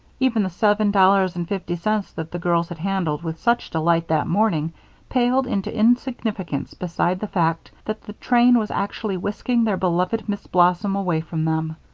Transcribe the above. even the seven dollars and fifty cents that the girls had handled with such delight that morning paled into insignificance beside the fact that the train was actually whisking their beloved miss blossom away from them.